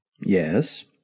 Yes